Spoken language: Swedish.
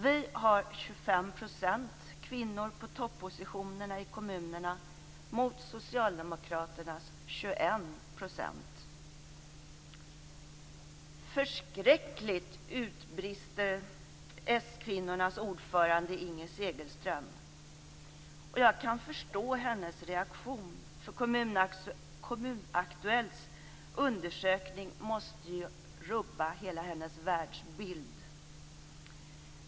Vi har "Förskräckligt!" utbrister s-kvinnornas ordförande Inger Segelström. Jag kan förstå hennes reaktion, för Kommun Aktuellts undersökning måste rubba hela hennes världsbild.